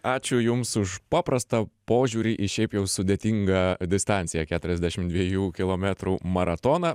ačiū jums už paprastą požiūrį į šiaip jau sudėtingą distanciją keturiasdešimt dviejų kilometrų maratoną